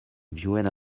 viuen